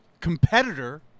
competitor